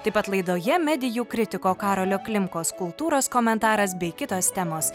taip pat laidoje medijų kritiko karolio klimkos kultūros komentaras bei kitos temos